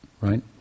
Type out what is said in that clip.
right